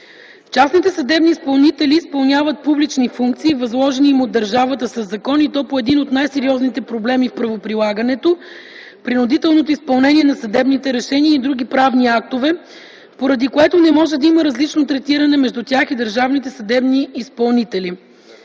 Частните съдебни изпълнители изпълняват публични функции, възложени им от държавата със закон, и то по един от най- сериозните проблеми в правоприлатането - принудителното изпълнение на съдебните решения и други правни актове, поради което не може да има различно третиране между тях и държавните съдебни изпълнители.